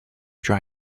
dry